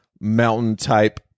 mountain-type